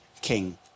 King